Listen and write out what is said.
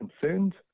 concerned